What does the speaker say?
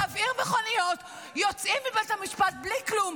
להבעיר מכוניות יוצאים מבית המשפט בלי כלום,